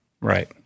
Right